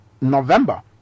november